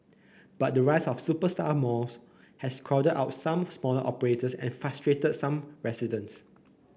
but the rise of superstar malls has crowded out some smaller operators and frustrated some residents